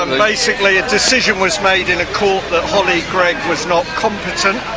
um basically a decision was made in a court that holly greg was not competent.